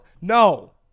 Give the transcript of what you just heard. No